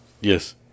Yes